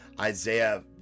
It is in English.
Isaiah